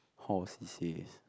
halls these days